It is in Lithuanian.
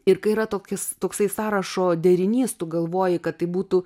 ir kai yra tokis toksai sąrašo derinys tu galvoji kad tai būtų